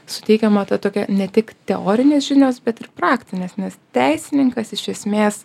suteikiama ta tokia ne tik teorinės žinios bet ir praktinės nes teisininkas iš esmės